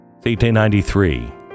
1893